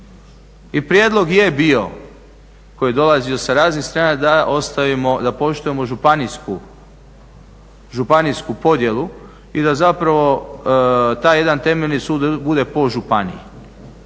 I prijedlog je bio koji je dolazio sa raznih strana da ostavimo da poštujemo županijsku podjelu i da taj jedan temeljni sud bude po županiji.